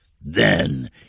Then